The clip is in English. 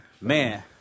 Man